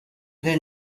the